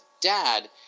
dad